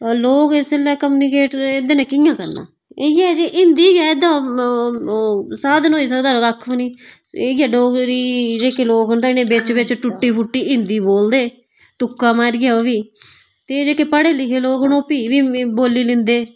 लोग इसलै कमनीकेट एह्दे नै कि'यां करना इ'यै जे हिंदी गै एह्दा साधन होई सकदा होर कक्ख बी निं इ'यै डोगरी जेह्के लोग न एह् बिच बिच टुट्टी फुट्टी हिंदी बोलदे तुक्का मारिये ओह् बी ते जेह्के पढ़े लिखे लोग न ओह् भी बी बोली लैंदे